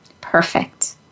Perfect